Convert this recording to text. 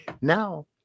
Now